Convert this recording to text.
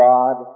God